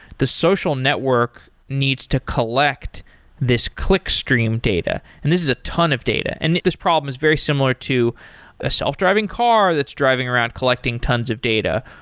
the social network needs to collect this clickstream data, and this is a ton of data. and this problem is very similar to a self-driving car that's driving around collecting tons of data,